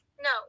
No